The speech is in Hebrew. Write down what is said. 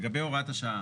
לגבי הוראת השעה.